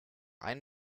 ein